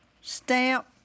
stamp